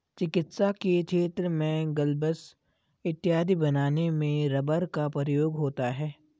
चिकित्सा के क्षेत्र में ग्लब्स इत्यादि बनाने में रबर का प्रयोग होता है